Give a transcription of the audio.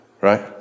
right